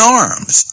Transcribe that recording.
arms